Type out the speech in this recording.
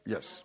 Yes